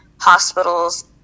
hospitals